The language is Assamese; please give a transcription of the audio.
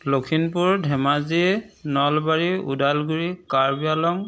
লখিমপুৰ ধেমাজি নলবাৰী ওদালগুৰি কাৰ্বি আংলং